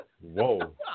Whoa